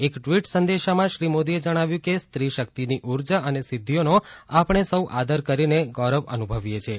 એક ટવીટ સંદેશામાં શ્રી મોદીએ જણાવ્યું કે સ્ત્રીશક્તિની ઉર્જા અને સિદ્ધિઓનો આપણે સૌ આદર કરીને ગૌરવ અનુભવીએ છીએ